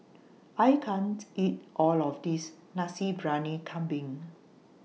I can't eat All of This Nasi Briyani Kambing